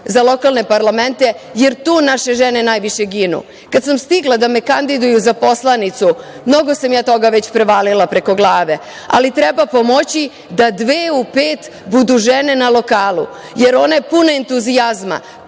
za lokalne parlamente jer tu naše žene najviše ginu. Kad sam stigla da me kandiduju za poslanicu, mnogo sam ja toga već prevalila preko glave, ali treba pomoći da u dve od pet budu žene na lokalnu, jer one pune entuzijazma,